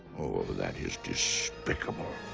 oh that is despicable.